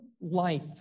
life